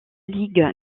ligue